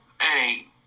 hey